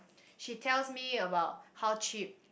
she tells me about how cheap